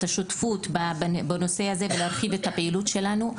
השותפות בנושא הזה ולהרחיב את הפעילות שלנו.